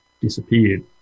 disappeared